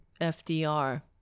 FDR